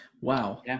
wow